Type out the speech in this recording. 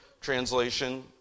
translation